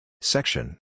Section